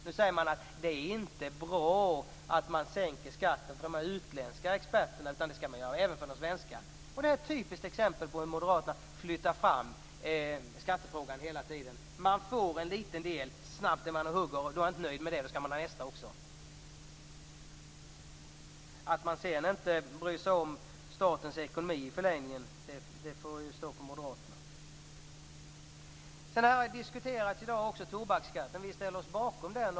Nu säger man att det inte är bra att sänka skatterna bara för de utländska experterna. Man skall göra det även för svenskar. Det är ett typiskt exempel på hur moderaterna flyttar fram skattefrågan hela tiden. Man får en liten bit, och snabbt är man framme och hugger. Då är man inte nöjd med detta, utan då skall man ha mer. Att man sedan inte bryr sig om statens ekonomi i förlängningen får ju stå för moderaterna. Sedan har också det här med sänkningen av tobaksskatten diskuterats här i dag. Vi ställer oss bakom den.